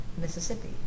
Mississippi